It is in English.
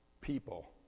people